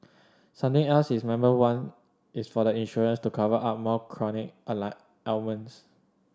something else its member want is for the insurance to cover more chronic ailments